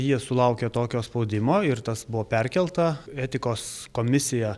jie sulaukė tokio spaudimo ir tas buvo perkelta etikos komisija